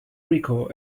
rico